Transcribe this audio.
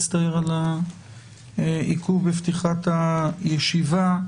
מצטער על העיכוב בפתיחת הישיבה.